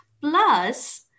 plus